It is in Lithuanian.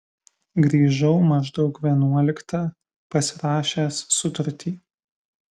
grįžau maždaug vienuoliktą pasirašęs sutartį